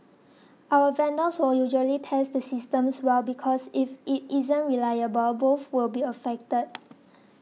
our vendors will usually test the systems well because if it isn't reliable both will be affected